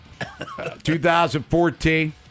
2014